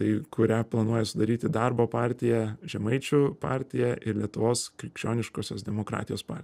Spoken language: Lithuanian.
tai kurią planuoja sudaryti darbo partija žemaičių partija ir lietuvos krikščioniškosios demokratijos partija